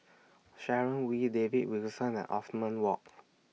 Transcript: Sharon Wee David Wilson and Othman Wok